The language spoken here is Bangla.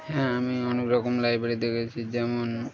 হ্যাঁ আমি অনেক রকম লাইব্রেরি দেখেছি যেমন